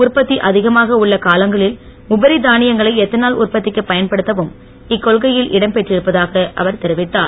உற்பத்தி அதிகமாக உள்ள காலங்களில் உபரி தானியங்களை எத்தனுல் உற்பத்திக்கு பயன்படுத்தவும் இக்கொள்கையில் இடம் இருப்பதாக அவர் தெரிவித்தார்